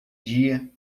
dia